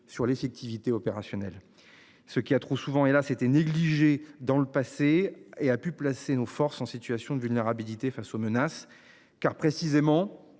sur l'effectivité opérationnelle ce qui a trop souvent et là c'était négliger dans le passé et a pu placer nos forces en situation de vulnérabilité face aux menaces car précisément,